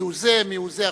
מיהו זה, מיהו זה.